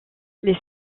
les